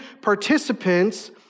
participants